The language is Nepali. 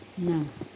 नौ